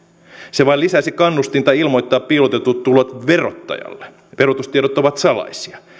se vain lisäisi kannustinta ilmoittaa piilotetut tulot verottajalle verotustiedot ovat salaisia